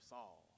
Saul